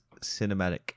cinematic